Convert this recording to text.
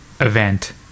event